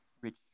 rich